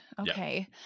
Okay